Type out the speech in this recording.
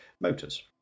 motors